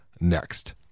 next